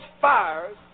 fires